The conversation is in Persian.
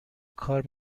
کار